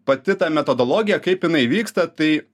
pati ta metodologija kaip jinai vyksta tai